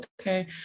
okay